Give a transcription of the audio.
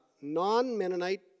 non-Mennonite